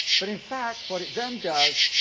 but in fact, what it then does,